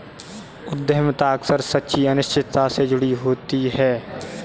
उद्यमिता अक्सर सच्ची अनिश्चितता से जुड़ी होती है